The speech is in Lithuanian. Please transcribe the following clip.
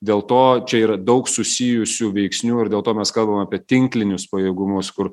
dėl to čia yra daug susijusių veiksnių ir dėl to mes kalbam apie tinklinius pajėgumus